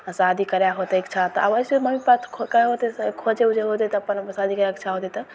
शादी करैके होतै इच्छा तऽ आब अइसे भी मम्मी पापा तऽ खो करै होतै तऽ खोजै उजै होतै तऽ अप्पन अप्पन शादी करैके इच्छा होतै तऽ